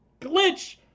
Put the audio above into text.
Glitch